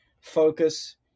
focus